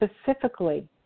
specifically